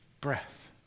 breath